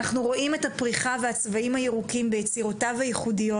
אנחנו רואים את הפריחה והצבעים הירוקים ביצירותיו הייחודיות,